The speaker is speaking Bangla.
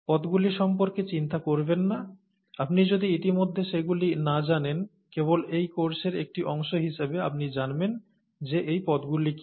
পদগুলি সম্পর্কে চিন্তা করবেন না আপনি যদি ইতিমধ্যে সেগুলি না জানেন কেবল এই কোর্সের একটি অংশ হিসাবে আপনি জানবেন যে এই পদগুলি কি